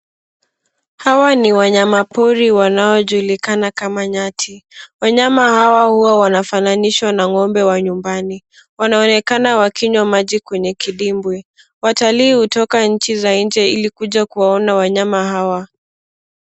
Hawa ni wanyama pori wanaojulikana kama nyati. Wanyama hawa huwa wanafananishwa na ng'ombe wa nyumbani. Wanaonekana wakinywa maji kwenye kidimbwi. Watalii hutoka nchi za nje ilikuja kuwaona wanyama hawa.